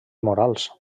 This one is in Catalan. morals